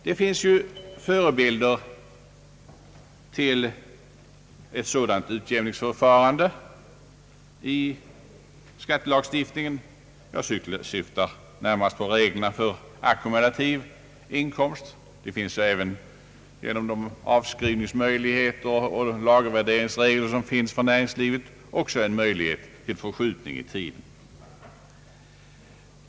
Det finns förebilder till ett sådant utjämningsförfarande i skattelagstiftningen. Jag syftar bl.a. på reglerna för ackumulativ inkomst. Även genom avskrivningsoch lagervärderingsreglerna inom näringslivet finns det en möjlighet till förskjutning i tiden.